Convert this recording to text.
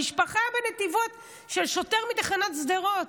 המשפחה בנתיבות, של שוטר מתחנת שדרות.